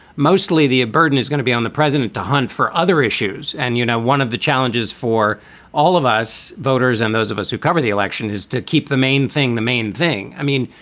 mostly the burden is going to be on the president to hunt for other issues. and, you know, one of the challenges for all of us voters and those of us who cover the election is to keep the main thing, the main thing. i mean,